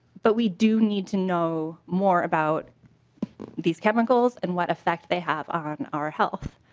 but we do need to know more about these chemicals and what effect they have on our health.